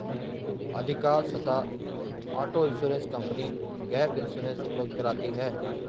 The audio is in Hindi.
अधिकांशतः auto insurance company gap insurance उपलब्ध कराती है